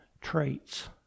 traits